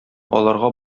аларга